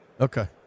Okay